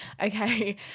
Okay